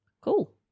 cool